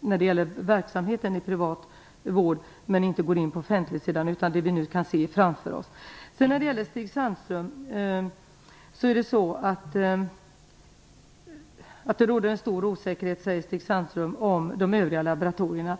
när det gäller verksamheten i privat vård, men som inte går in på den offentliga sidan. Stig Sandström säger att det råder en stor osäkerhet om de övriga laboratorierna.